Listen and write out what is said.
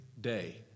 day